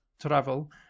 travel